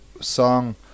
song